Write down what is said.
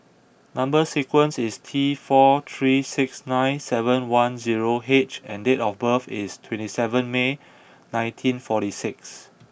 number sequence is T four three six nine seven one zero H and date of birth is twenty seven May nineteen forty six